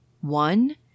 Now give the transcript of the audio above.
One